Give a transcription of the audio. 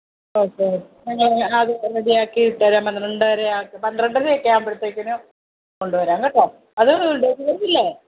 okay അപ്പോൾ ഞാൻ അത് റെഡിയാക്കി ഇട്ടുതരം പന്ത്രണ്ടര പന്ത്രണ്ടര ഒക്കെ ആവുമ്പഴത്തേക്കിനും കൊണ്ട് വരാം കേട്ടോ അത് ഡെലിവറി ഇല്ലേ